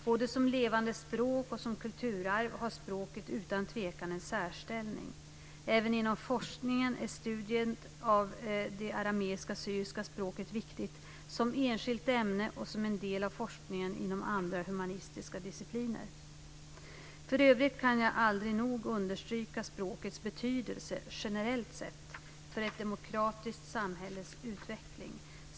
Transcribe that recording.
Både som levande språk och som kulturarv har språket utan tvekan en särställning. Även inom forskningen är studiet av det arameiska/syriska språket viktigt som enskilt ämne och som en del av forskningen inom andra humanistiska discipliner. För övrigt kan jag aldrig nog understryka språkets betydelse - generellt sett - för ett demokratiskt samhälles utveckling.